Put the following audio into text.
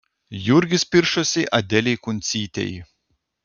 jurgis piršosi adelei kuncytei